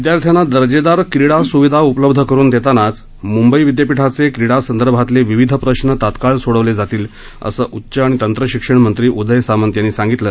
विद्यार्थ्यांना दर्जेदार क्रीडा स्विधा उपलब्ध करून देतानाच मुंबई विद्यापीठाचे क्रीडा संदर्भातले विविध प्रश्न तात्काळ सोडवले जातील असं उच्च आणि तंत्र शिक्षण मंत्री उदय सामंत यांनी सांगितलं